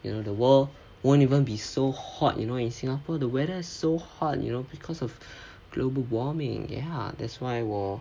you know the world won't even be so hot you know in singapore the weather so hot you know because of global warming ya that's why 我